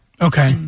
Okay